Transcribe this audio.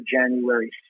January